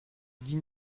dit